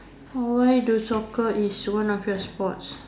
oh why do soccer is one of your sports